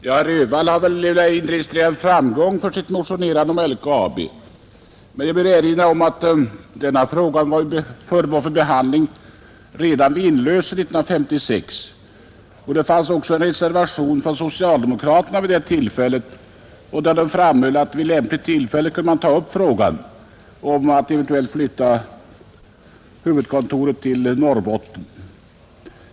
Herr talman! Herr Öhvall har registrerat framgång för sitt motionerande om LKAB, men jag vill erinra om att denna fråga var föremål för behandling redan vid inlösen 1956, och det avgavs också vid detta tillfälle en reservation från socialdemokraterna, där det framhölls att man vid lämpligt tillfälle borde kunna ta upp frågan om eventuell flyttning av huvudkontoret till Norrbotten.